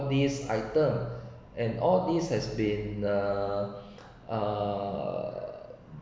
these item and all this has been err err